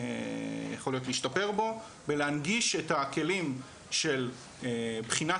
יכול להיות להשתפר בו ולהנגיש את הכלים של בחינת